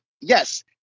yes